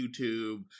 YouTube